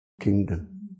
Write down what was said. kingdom